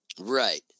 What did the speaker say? Right